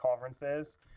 conferences